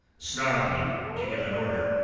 snarling, to give an order.